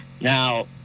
Now